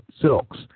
silks